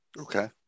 Okay